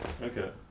okay